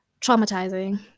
traumatizing